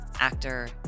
actor